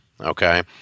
Okay